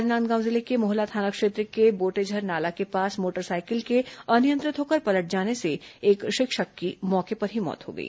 राजनांदगांव जिले के मोहला थाना क्षेत्र के बोटेझर नाला के पास मोटरसाइकिल के अनियंत्रित होकर पलट जाने से एक शिक्षक की मौत हो गई